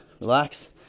Relax